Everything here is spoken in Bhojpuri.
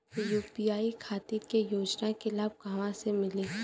यू.पी खातिर के योजना के लाभ कहवा से मिली?